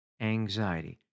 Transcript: anxiety